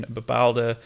bepaalde